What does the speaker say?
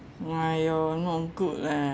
!aiyo! not good leh